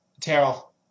Terrell